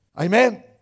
Amen